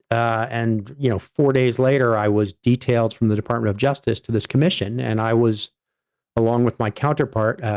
and, you know, four days later, i was detailed from the department of justice to this commission, and i was along with my counterpart,